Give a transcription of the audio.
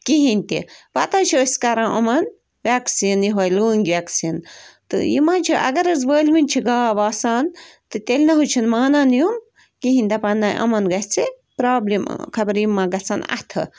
کِہیٖنۍ تہِ پَتہٕ حظ چھِ أسۍ کَران یِمَن وٮ۪کسیٖن یِہوٚے لٲنٛگۍ وٮ۪کسیٖن تہٕ یِم حظ چھِ اَگر حظ وٲلۍوٕنۍ چھِ گاو آسان تہٕ تیٚلہِ نہٕ حظ چھِنہٕ مانان یُن کِہیٖنۍ دَپان نَہ یِمَن گژھِ پرٛابلِم خبر یِم مَہ گژھَن اَتھٕ